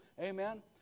Amen